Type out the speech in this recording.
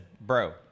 bro